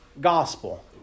gospel